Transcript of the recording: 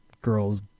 girl's